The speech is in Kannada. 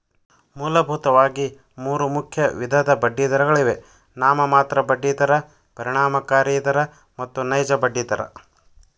ಮೂಲಭೂತವಾಗಿ ಮೂರು ಮುಖ್ಯ ವಿಧದ ಬಡ್ಡಿದರಗಳಿವೆ ನಾಮಮಾತ್ರ ಬಡ್ಡಿ ದರ, ಪರಿಣಾಮಕಾರಿ ದರ ಮತ್ತು ನೈಜ ಬಡ್ಡಿ ದರ